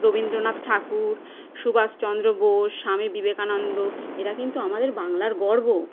রবীন্দ্রনাথ ঠাকুর সুভাষচন্দ্র বোস স্বামী বিবেকানন্দ এরা কিন্তু আমাদের বাংলার গর্ব